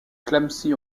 clamecy